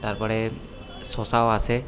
তারপরে শসাও আসে